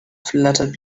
fluttered